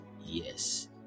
yes